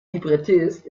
librettist